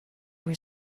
were